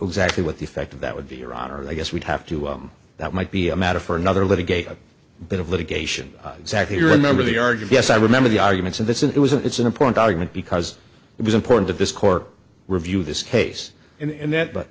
exactly what the effect of that would be your honor i guess we'd have to that might be a matter for another litigate a bit of litigation exactly remember the argued b s i remember the arguments in this it was it's an important argument because it was important that this court review this case and that but